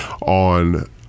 on